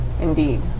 Indeed